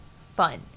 fun